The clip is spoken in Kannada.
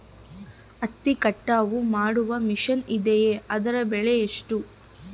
ಹತ್ತಿ ಕಟಾವು ಮಾಡುವ ಮಿಷನ್ ಇದೆಯೇ ಅದರ ಬೆಲೆ ಎಷ್ಟು?